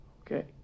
Okay